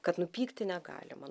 kad nu pykti negalima